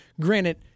Granted